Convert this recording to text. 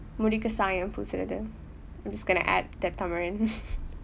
முடிக்கு சாயம் பூசுறது:mudikku saayam pusurathu I'm just gonna add that tamil in